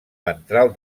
ventral